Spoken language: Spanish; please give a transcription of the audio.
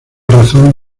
razón